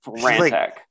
frantic